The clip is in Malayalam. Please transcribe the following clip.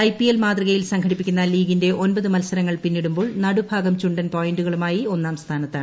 ഐപിഎൽ മാതൃകയിൽ സംഘടിപ്പിക്കുന്ന ലീഗിൻറെ ഒമ്പത് മത്സരങ്ങൾ പിന്നിടുമ്പോൾ നടുഭാഗം ചുണ്ടൻ പോയിൻറുകളുമായി ഒന്നാം സ്ഥാനത്താണ്